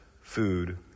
food